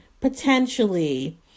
potentially